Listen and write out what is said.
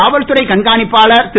காவல்துறை கண்காணிப்பாளர் திரு